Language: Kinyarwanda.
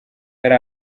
yari